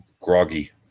groggy